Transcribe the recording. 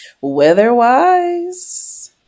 weather-wise